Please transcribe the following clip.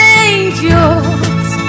angels